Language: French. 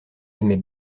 aimait